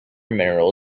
mineral